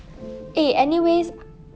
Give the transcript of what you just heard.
eh anyways